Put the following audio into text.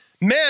man